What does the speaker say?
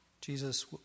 Jesus